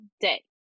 day